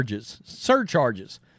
surcharges